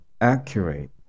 accurate